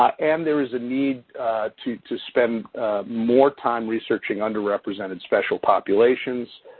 and there is a need to to spend more time researching underrepresented special populations.